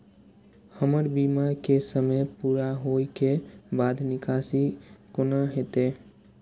हमर बीमा के समय पुरा होय के बाद निकासी कोना हेतै?